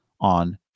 on